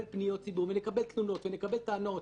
אדם שלא הייתה לו זכות בחשבון נכנס למינוס או נאלץ לקחת הלוואה,